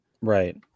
Right